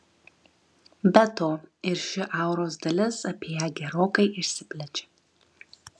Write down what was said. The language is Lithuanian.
be to ir ši auros dalis apie ją gerokai išsiplečia